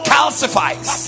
Calcifies